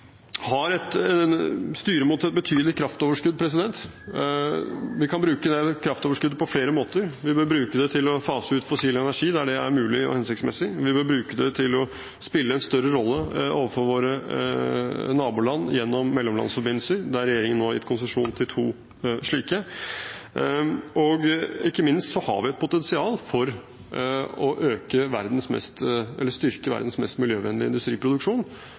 mot et betydelig kraftoverskudd. Vi kan bruke det kraftoverskuddet på flere måter. Vi bør bruke det til å fase ut fossil energi der det er mulig og hensiktsmessig. Vi bør bruke det til å spille en større rolle overfor våre naboland gjennom mellomlandsforbindelser, der regjeringen nå har gitt konsesjon til to slike. Og ikke minst har vi et potensial for å styrke verdens mest